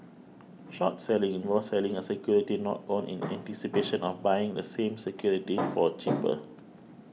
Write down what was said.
short selling involves selling a security not owned in anticipation of buying the same security for cheaper